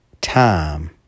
time